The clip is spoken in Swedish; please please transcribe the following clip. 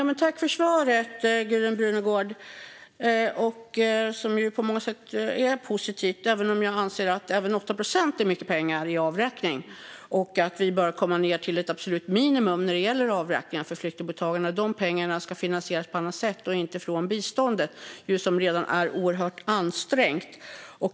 Fru talman! Tack, Gudrun Brunegård, för svaret! Det är på många sätt positivt, även om jag anser att också 8 procent är mycket pengar i avräkning och att vi bör komma ned till ett absolut minimum när det gäller avräkning för flyktingmottagande. Det ska finansieras på annat sätt och inte från biståndet, som redan är oerhört ansträngt.